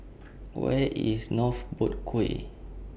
Where IS North Boat Quay